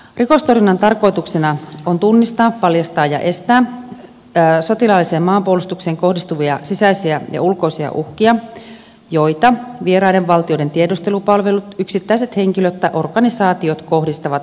rikostorjunnan tarkoituksena on tunnistaa paljastaa ja estää sotilaalliseen maanpuolustukseen kohdistuvia sisäisiä ja ulkoisia uhkia joita vieraiden valtioiden tiedustelupalvelut yksittäiset henkilöt tai organisaatiot kohdistavat maahamme